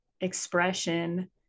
expression